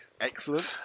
excellent